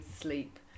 sleep